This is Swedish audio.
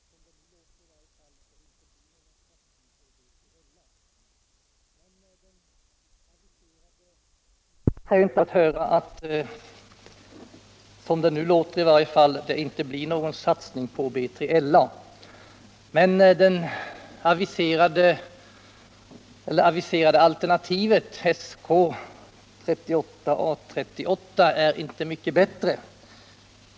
Herr talman! Vi noterar med tillfredsställelse inom vänsterpartiet kommunisterna, i likhet med vad Åke Gustavsson har uttryckt, att försvarsministern i den nuvarande folkpartiregeringen intar en mer restriktiv hållning till B3LA-projektet än den tidigare regeringen gjorde. Det är skönt att höra, som det låter nu i alla fall, att det inte blir någon satsning på B3LA. Men det aviserade alternativet SK38/A38 är inte mycket bättre.